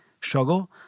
struggle